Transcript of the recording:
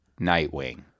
Nightwing